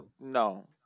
No